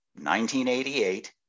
1988